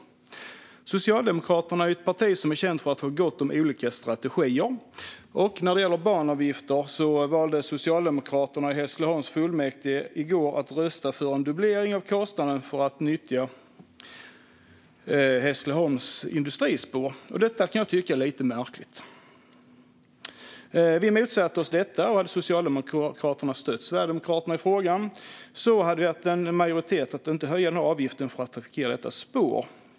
Socialdemokraterna är ett parti som är känt för att ha gott om olika strategier. När det gäller banavgifter valde Socialdemokraterna i Hässleholms kommunfullmäktige att i går rösta för en dubblering av kostnaden för att nyttja Hässleholms industrispår. Jag tycker att det är lite märkligt. Vi motsatte oss detta. Och om Socialdemokraterna hade stött Sverigedemokraterna i frågan hade vi haft en majoritet för att inte höja avgiften för att trafikera det här spåret.